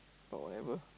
but whatever